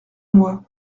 moi